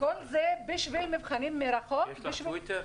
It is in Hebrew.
יש לך טוויטר?